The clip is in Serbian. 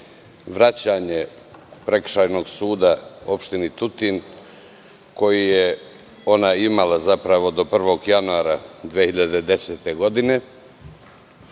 vraćanje Prekršajnog suda opštini Tutin koji je ona imala do 1. januara 2010. godine,